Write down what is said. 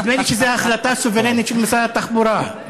נדמה לי שזו החלטה סוברנית של משרד התחבורה.